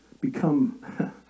become